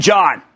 John